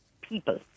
people